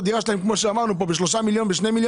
הדירה שלהם ב-2 מיליון ₪ או 3 מיליון ₪.